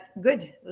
good